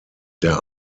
der